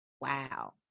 wow